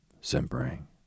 simpering